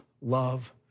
love